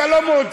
אתה לא מעודכן,